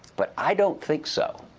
but i don't think so.